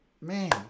Man